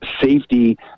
safety